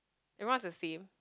everyone is the same